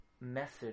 message